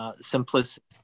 simplicity